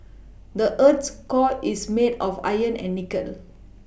the earth's core is made of iron and nickel